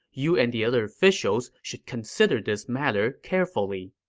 you and the other officials should consider this matter carefully.